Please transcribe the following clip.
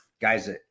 guys